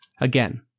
Again